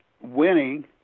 winning